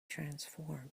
transformed